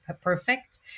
perfect